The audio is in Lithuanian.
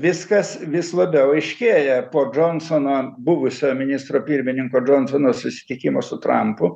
viskas vis labiau aiškėja po džonsono buvusio ministro pirmininko džonsono susitikimo su trampu